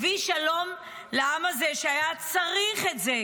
הביא שלום לעם הזה, שבאמת היה צריך את זה.